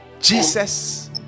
Jesus